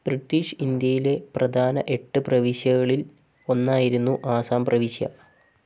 British ഇന്ത്യയിലെ പ്രധാന എട്ട് പ്രവിശ്യകളിൽ ഒന്നായിരുന്നു ആസാം പ്രവിശ്യ